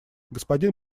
господин